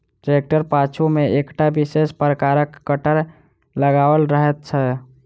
ट्रेक्टरक पाछू मे एकटा विशेष प्रकारक कटर लगाओल रहैत छै